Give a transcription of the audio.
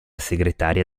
segretaria